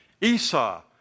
Esau